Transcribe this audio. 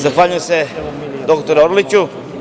Zahvaljujem se, doktore Orliću.